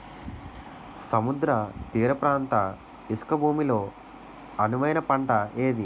సముద్ర తీర ప్రాంత ఇసుక భూమి లో అనువైన పంట ఏది?